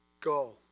Go